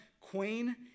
Queen